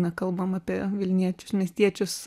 na kalbam apie vilniečius miestiečius